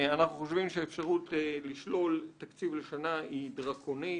אנחנו חושבים שהאפשרות לשלול תקציב לשנה היא דרקונית,